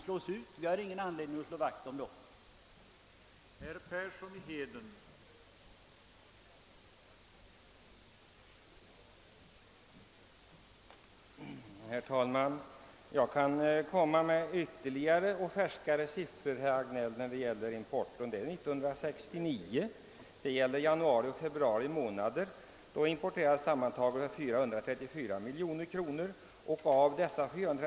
Jag upprepar att vi inte har någon anledning att slå vakt om dessa företag.